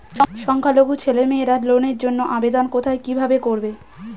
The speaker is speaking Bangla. সংখ্যালঘু ছেলেমেয়েরা লোনের জন্য আবেদন কোথায় কিভাবে করবে?